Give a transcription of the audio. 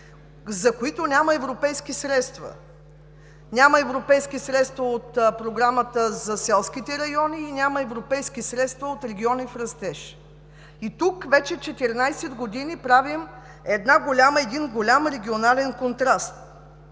за които няма европейски средства. Няма европейски средства от Програмата за селските райони и няма европейски средства от „Региони в растеж“ и тук вече 14 години правим един голям регионален контраст.